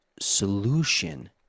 solution